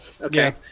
okay